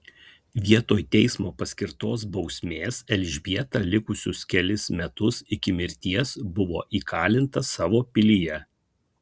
vietoj teismo paskirtos bausmės elžbieta likusius kelis metus iki mirties buvo įkalinta savo pilyje